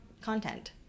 content